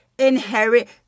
inherit